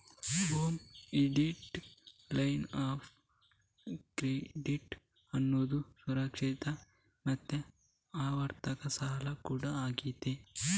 home equity line of credit ಅನ್ನುದು ಸುರಕ್ಷಿತ ಮತ್ತೆ ಆವರ್ತಕ ಸಾಲ ಕೂಡಾ ಆಗಿರ್ತದೆ